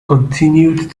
continued